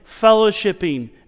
fellowshipping